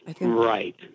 right